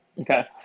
Okay